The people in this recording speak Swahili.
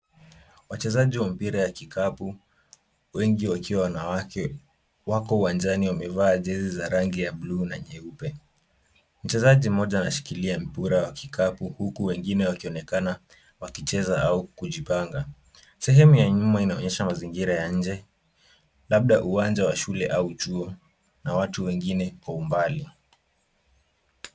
Wachezaji wa mpira wa kikapu. wengi wakiwa wanawake wako uwanjani wamevaa jesi za rangi ya bluu na nyeupe mchezaji moja ameshikilia mpira wa kikapu huku wengine wakionekana wakicheza au kijipanga sehemu ya nyuma inaonyesha mazingira ya nje labda uwanja wa shule au chuo na watu wengine kwa umbali.